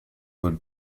would